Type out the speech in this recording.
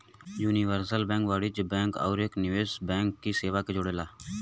universal bank वाणिज्यिक bank आउर एक निवेश बैंक की सेवा के जोड़ला